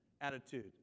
attitude